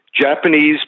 Japanese